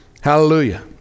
Hallelujah